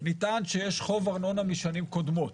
נטען שיש חוב ארנונה משנים קודמות.